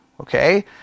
okay